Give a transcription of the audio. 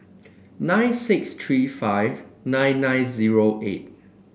nine six three five nine nine zero eight